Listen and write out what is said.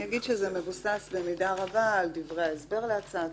זה מבוסס במידה רבה על דברי ההסבר להצעת